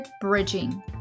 bridging